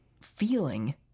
feeling